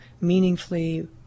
meaningfully